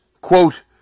quote